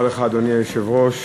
אדוני היושב-ראש,